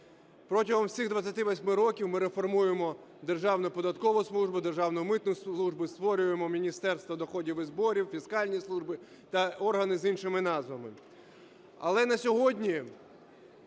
Протягом всіх 28 років ми реформуємо Державну податкову службу, Державну митну службу і створюємо Міністерство доходів і зборів, фіскальні служби та органи з іншими назвами. Але на сьогодні,